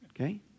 Okay